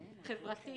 חברתית.